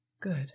Good